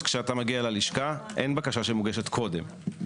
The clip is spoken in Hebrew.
כשאתה מגיע ללשכה אין בקשה שמוגשת קודם.